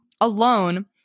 alone